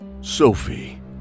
Sophie